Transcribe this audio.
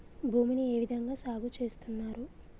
భూమిని ఏ విధంగా సాగు చేస్తున్నారు?